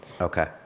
Okay